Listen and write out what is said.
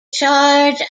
charge